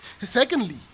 Secondly